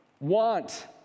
want